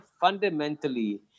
fundamentally